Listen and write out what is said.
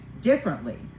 differently